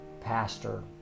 pastor